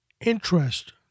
interest